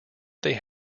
they